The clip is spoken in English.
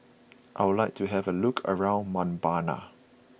I would like to have a look around Mbabana